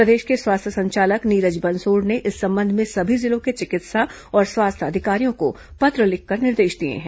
प्रदेश के स्वास्थ्य संचालक नीरज बंसोड़ ने इस संबंध में सभी जिलों के चिकित्सा और स्वास्थ्य अधिकारियों को पत्र लिखकर निर्देश दिए हैं